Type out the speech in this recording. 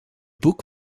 boek